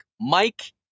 Mike